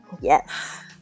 Yes